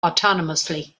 autonomously